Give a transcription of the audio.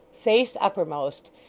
face uppermost,